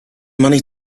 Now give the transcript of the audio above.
money